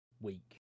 week